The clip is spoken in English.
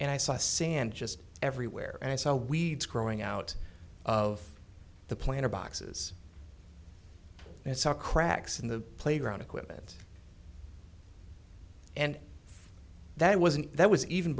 and i saw sand just everywhere and i saw weeds growing out of the planter boxes and saw cracks in the playground equipment and that wasn't that was even